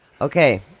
Okay